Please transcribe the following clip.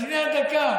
אז שנייה, דקה.